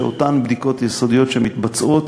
שאותן בדיקות יסודיות שמתבצעות